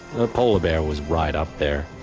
a polar bear was right up there.